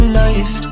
life